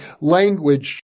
language